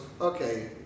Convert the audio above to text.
okay